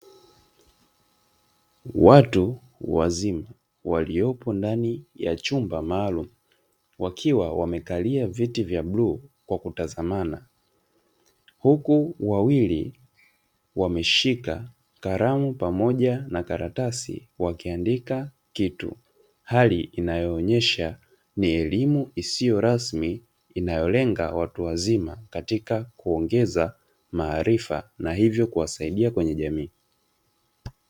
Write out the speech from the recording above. Watu wazima waliopo ndani ya chumba maalumu, wakiwa wamekalia viti vya bluu kwa kutazamana, huku wawili wameshika kalamu pamoja na karatasi wakiandika kitu, hali inayoonyesha ni elimu isiyo rasmi, inayolenga watu wazima katika kuongeza maarifa na hivyo kuwasaidia kwenye jamii.